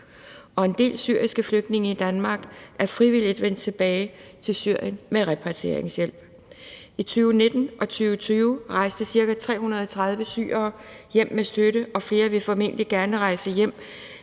Og en del syriske flygtninge i Danmark er frivilligt vendt tilbage til Syrien med repatrieringshjælp. I 2019 og 2020 rejste ca. 330 syrere hjem med støtte, og flere vil formentlig gerne rejse hjem,